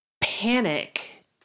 panic